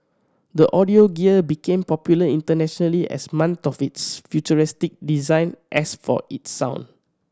the audio gear became popular internationally as much for its futuristic design as for its sound